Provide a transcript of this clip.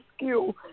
rescue